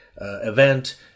event